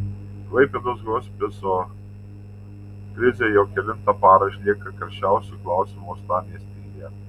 klaipėdos hospiso krizė jau kelintą parą išlieka karščiausiu klausimu uostamiestyje